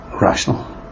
rational